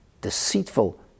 deceitful